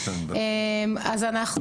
אז,